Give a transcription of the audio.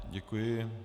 Děkuji.